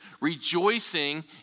Rejoicing